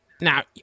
now